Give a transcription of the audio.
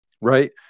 Right